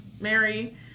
mary